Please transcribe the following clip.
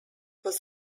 was